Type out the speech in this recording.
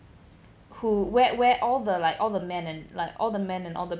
who where where all the like all the men and like all the men and all the